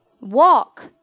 Walk